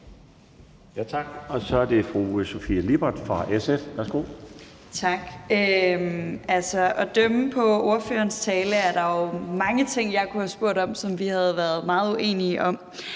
Tak. Og så er det fru Sofie Lippert fra SF. Værsgo. Kl. 20:57 Sofie Lippert (SF): Tak. At dømme ud fra ordførerens tale er der jo mange ting, jeg kunne have spurgt om, som vi havde været meget uenige om.